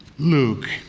Luke